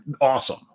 Awesome